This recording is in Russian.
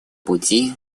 пути